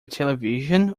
television